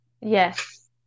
yes